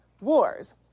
wars